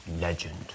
legend